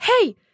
Hey